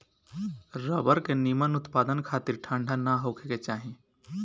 rubber के निमन उत्पदान खातिर ठंडा ना होखे के चाही